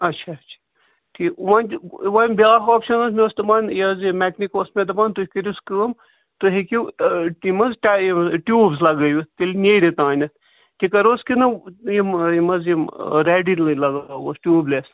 اَچھا اَچھا ٹھیٖک وۅنۍ وۄنۍ بیٛاکھ اوٚپشَن ٲسۍ حظ تِتُمَن یہِ حظ یہِ میکنِک اوس مےٚ دَپان تُہۍ کٔرۍہوٗس کٲم تُہۍ ہیٚکِو تِم حظ ٹار ٹیٛوٗبٕس لگٲوِتھ تیٚلہِ نیرِ تانٮ۪تھ تہِ کَرٕوُس کِنہٕ یِم یِم حظ یِم ریڈی لگاوو ٹیوٗبلٮ۪س